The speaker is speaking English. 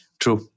true